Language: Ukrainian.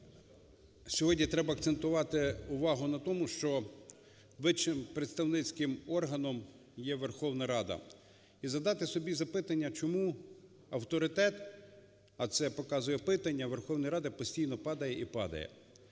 сьогодні треба акцентувати увагу на тому, що вищим представницьким органом є Верховна Рада. І задати собі запитання, чому авторитет, а це показує опитування, Верховної Ради постійно падає і падає.